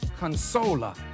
consola